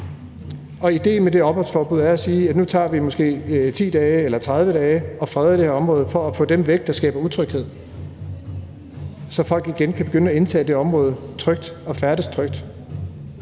Og idéen med det opholdsforbud er at sige, at nu tager vi måske 10 dage eller 30 dage og freder det her område for at få dem, der skaber utryghed, væk, så folk igen kan begynde at indtage det område trygt og færdes trygt.